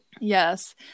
Yes